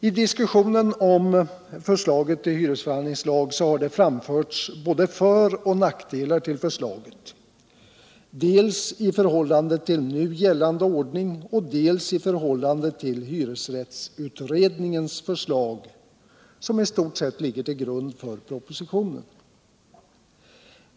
I diskussionen om förslaget till hyresförhandlingslag har man pekat på både för och nackdelar hos förslaget dels i förhållande till nu gällande ordning, dels i förhållande till hyresrättsutredningens förslag. som i stort sett ligger till grund för propositionen.